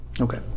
okay